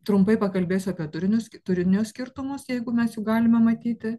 trumpai pakalbėsiu apie turinius turinio skirtumus jeigu mes jų galime matyti